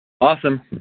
Awesome